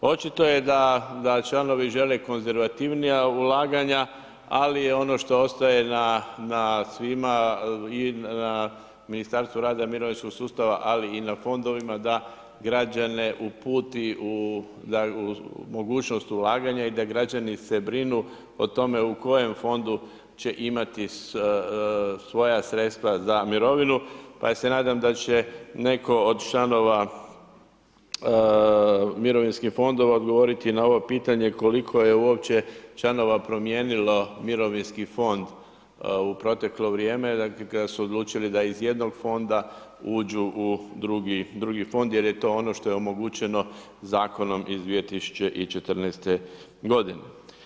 Očito je da članovi žele konzervativnija ulaganja, ali ono što ostaje na svima i na Ministarstvu rada i mirovinskog sustava, ali i na fondovima, da građane uputi u mogućnost ulaganja i da građani se brinu o tome u kojem fondu će imati svoja sredstva za mirovinu pa se nadam da će netko od članova mirovinskih fondova odgovoriti na ovo pitanje koliko je uopće članova promijenilo mirovinskih fond u proteklo vrijeme, dakle kada su odlučili da iz jednog fonda uđu u drugi fond jer je to ono što je omogućeno zakonom iz 2014. godine.